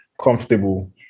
comfortable